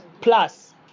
Plus